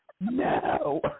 No